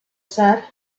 said